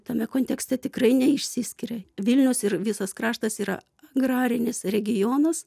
tame kontekste tikrai neišsiskiria vilnius ir visas kraštas yra agrarinis regionas